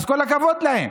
אז כל הכבוד להם.